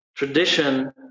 tradition